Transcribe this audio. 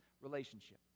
relationship